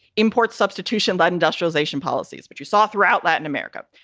import substitution. but industrialization policies, which you saw throughout latin america.